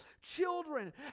children